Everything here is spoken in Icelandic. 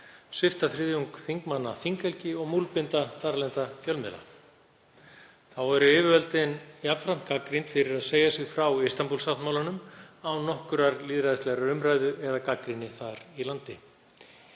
svipta þriðjung þingmanna þinghelgi og múlbinda þarlenda fjölmiðla. Þar eru yfirvöldin jafnframt gagnrýnd fyrir að segja sig frá Istanbúl-sáttmálanum án nokkurrar lýðræðislegrar umræðu eða gagnrýni þar í landi.